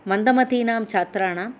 मन्दमतीनां छात्राणां